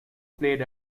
played